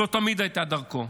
זו תמיד הייתה דרכו.